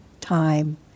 time